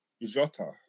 Jota